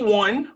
one